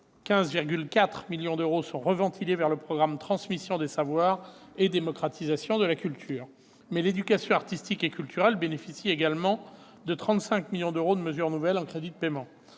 15,4 millions d'euros sont reventilés vers le programme « Transmission des savoirs et démocratisation de la culture », mais l'éducation artistique et culturelle bénéficie également de 35 millions d'euros de mesures nouvelles, en crédits de paiement.